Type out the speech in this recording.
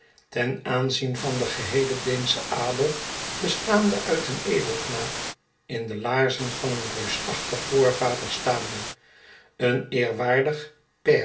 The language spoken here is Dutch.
ten aarizien van den geheelen deenschen adel bestaande uit een edelknaap in de laarzen van een reusachtig voorvader staande een eerwardig